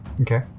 Okay